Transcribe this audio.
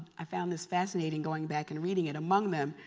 i found this fascinating going back and reading it. among them,